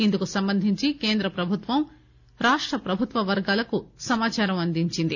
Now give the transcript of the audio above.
ఇందుకు సంబంధించి కేంద్ర ప్రభుత్వం రాష్టప్రభుత్వ వర్గాలకు సమాచారం అందించింది